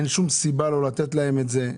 אין שום סיבה לא לתת להם את זה.